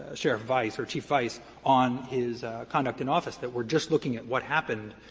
ah sheriff vice or chief vice on his conduct in office that we're just looking at what happened,